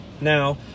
Now